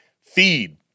feed